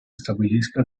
stabilisca